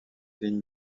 ligne